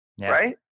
right